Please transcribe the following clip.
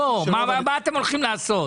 מה אתם הולכים לעשות?